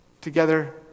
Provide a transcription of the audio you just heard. together